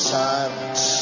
silence